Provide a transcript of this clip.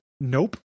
Nope